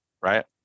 right